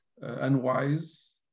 unwise